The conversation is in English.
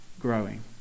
growing